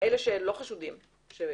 אלה שלא חשודים אלא